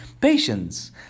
patience